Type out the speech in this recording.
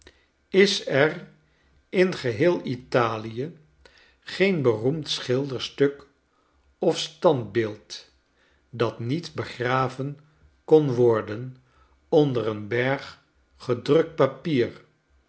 is er in geheel i tali e geen beroemd schilderstuk of standbeeld dat niet begraven kon worden onder een berg gedrukt papier